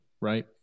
right